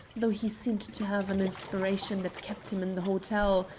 though he seemed to have an inspiration that kept him in the hotel.